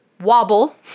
wobble